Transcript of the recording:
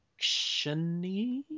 actiony